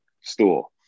store